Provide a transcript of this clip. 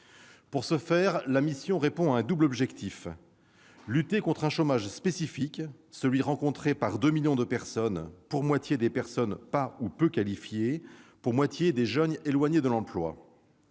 Pour ce faire, la mission répond à un double objectif : lutter contre un chômage spécifique- celui qui est vécu par 2 millions de personnes, pour moitié des personnes non ou peu qualifiées et pour moitié des jeunes éloignés de l'emploi